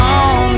on